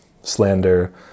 slander